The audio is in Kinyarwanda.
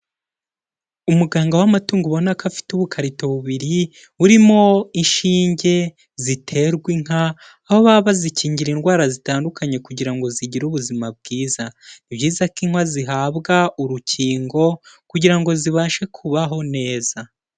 Umuganga w'amatungo ubona ko afite ubukarito bubiri burimo inshinge ziterwa inka, aho baba bazikingira indwara zitandukanye kugira ngo zigire ubuzima bwiza, ni byiza ko inka zihabwa urukingo kugira ngo zibashe kubaho neza.